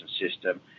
system